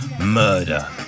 murder